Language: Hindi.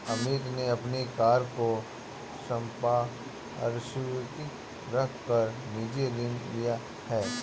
अमित ने अपनी कार को संपार्श्विक रख कर निजी ऋण लिया है